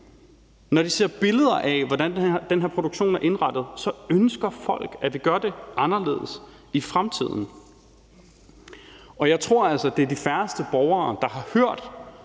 Når de ser billeder af, hvordan den her produktion er indrettet, ønsker folk, at vi gør det anderledes i fremtiden. Jeg tror altså, at det er de færreste borgere, der har hørt